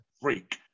freak